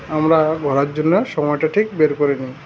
আমরা ঘোরার জন্য সময়টা ঠিক বের করে নিই